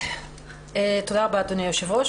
תודה רבה, אדוני היושב-ראש.